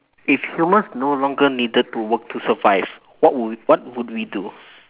if humans no longer needed to work to survive what would what would we do